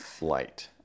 Light